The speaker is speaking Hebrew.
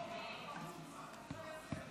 מוותרת, חבר הכנסת עודה,